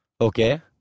Okay